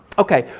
ok,